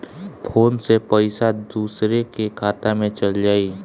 Phone से पईसा दूसरे के खाता में चल जाई?